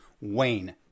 wayne